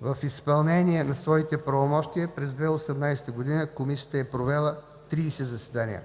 В изпълнение на своите правомощия през 2018 г. Комисията е провела 30 заседания.